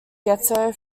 ghetto